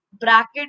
bracket